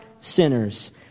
sinners